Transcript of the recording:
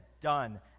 done